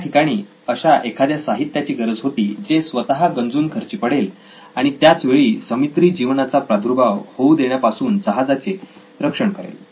त्या ठिकाणी अशा एखाद्या साहित्याची गरज होती जे स्वतः गंजून खर्ची पडेल आणि त्याच वेळी समुद्री जीवनाचा प्रादुर्भाव होऊ देण्या पासून जहाजाचे रक्षण करेल